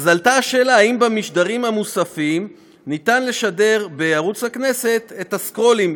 עלתה השאלה האם במשדרים המוספים ניתן לשדר בערוץ הכנסת את ה"סקרולים",